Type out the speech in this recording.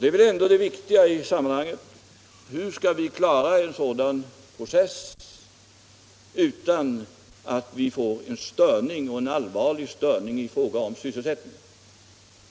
Det är väl ändå det viktiga i sammanhanget: Hur skall vi klara en sådan process utan att vi får en störning — en allvarlig störning — i fråga om sysselsättningen?